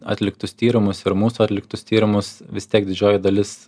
atliktus tyrimus ir mūsų atliktus tyrimus vis tiek didžioji dalis